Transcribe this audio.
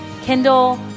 Kindle